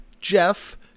Jeff